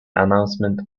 announcement